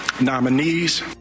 nominees